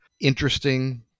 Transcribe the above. interesting